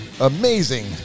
amazing